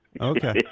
Okay